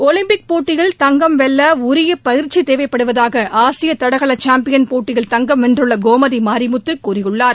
ஜலிம்பிக் போட்டியில் தங்கம் வெல்ல உரிய பயிற்சி தேவைப்படுவதாக ஆசிய தடகள சாம்பியன் போட்டியில் தங்கம் வென்றுள்ள கோமதி மாரிமுத்து கூறியுள்ளார்